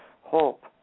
hope